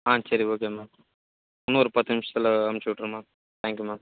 ஆ சரி okay ma'am இன்னும் ஒரு பத்து நிமிஷத்தில் அனுப்ச்சு விட்டுர்றேன் மேம் தேங்க்யூ மேம்